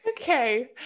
okay